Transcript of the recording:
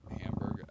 Hamburg